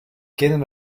queden